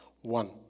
One